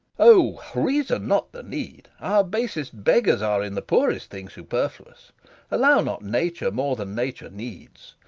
o, reason not the need our basest beggars are in the poorest thing superfluous allow not nature more than nature needs,